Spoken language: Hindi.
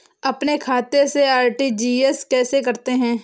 अपने खाते से आर.टी.जी.एस कैसे करते हैं?